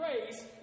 grace